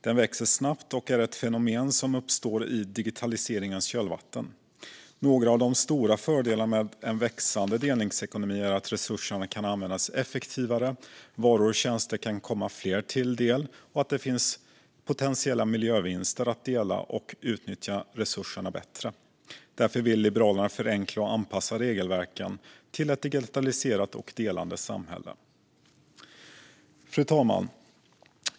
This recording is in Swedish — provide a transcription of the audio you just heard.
Den växer snabbt och är ett fenomen som uppstår i digitaliseringens kölvatten. Några av de stora fördelarna med en växande delningsekonomi är att resurserna kan användas effektivare, att varor och tjänster kan komma fler till del och att det finns potentiella miljövinster med att dela och utnyttja resurserna bättre. Därför vill Liberalerna förenkla och anpassa regelverken till ett digitaliserat och delande samhälle. Fru talman!